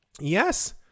Yes